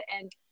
and-